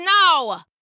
now